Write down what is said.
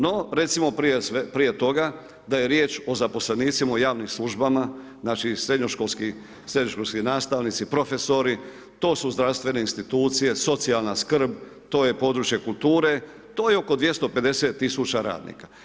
No, recimo prije toga da je riječ o zaposlenicima u javnim službama, znači srednjoškolskim nastavnici, profesori, to su zdravstvene institucije, socijalna skrb, to je područje kulture, to je oko 250.000 radnika.